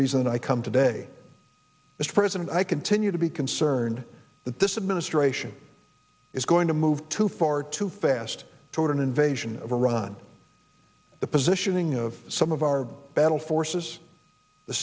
reason i come today mr president i continue to be concerned that this administration is going to move too far too fast toward an invasion of iran the positioning of some of our battle forces the